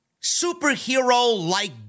superhero-like